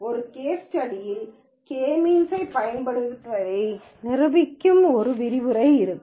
ஒரு கேஸ் ஸ்டடியில் K means யைப் பயன்படுத்துவதை நிரூபிக்கும் ஒரு விரிவுரை இருக்கும்